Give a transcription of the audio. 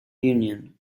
union